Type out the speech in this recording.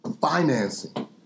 Financing